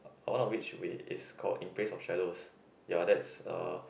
uh one of which is called In Praise of Shadows ya that's uh